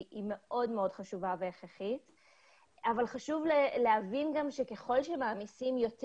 מאוד מאוד חשוב והכרחי אבל חשוב להבין גם שככל שמעמיסים יותר